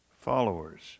followers